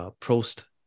post